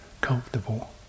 comfortable